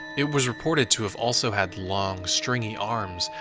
it was reported to have also had long, stringy arms,